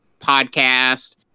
podcast